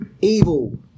evil